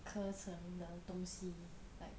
课程的东西 like